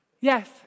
yes